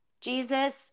Jesus